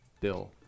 bill